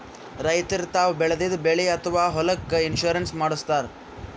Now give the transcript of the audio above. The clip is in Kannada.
ರೈತರ್ ತಾವ್ ಬೆಳೆದಿದ್ದ ಬೆಳಿ ಅಥವಾ ಹೊಲಕ್ಕ್ ಇನ್ಶೂರೆನ್ಸ್ ಮಾಡಸ್ತಾರ್